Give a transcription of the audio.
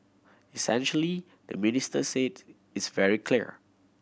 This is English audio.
essentially the minister said it's very clear